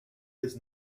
his